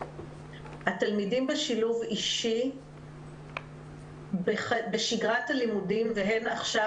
התלמידים בשילוב אישי בשגרת הלימודים והן עכשיו,